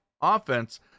offense